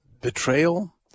betrayal